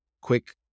Quick